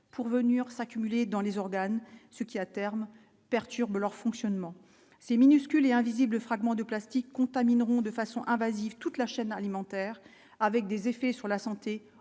pour venir s'accumuler dans les organes, ce qui à terme perturbe leur fonctionnement c'est minuscule et invisible, fragments de plastiques contaminent de façon invasive toute la chaîne alimentaire, avec des effets sur la santé